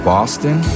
Boston